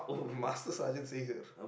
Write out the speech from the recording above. master sergeant Sager